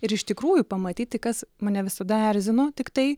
ir iš tikrųjų pamatyti kas mane visada erzino tiktai